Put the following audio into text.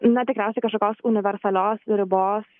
na tikriausiai kažkokios universalios ribos